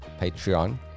Patreon